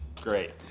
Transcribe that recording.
great.